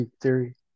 theory